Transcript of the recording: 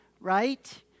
Right